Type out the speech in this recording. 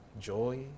joy